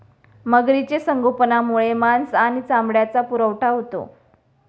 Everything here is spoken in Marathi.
मगरीचे संगोपनामुळे मांस आणि चामड्याचा पुरवठा होतो